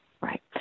Right